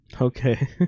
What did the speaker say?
Okay